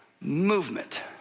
movement